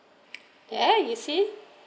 there you see